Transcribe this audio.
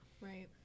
Right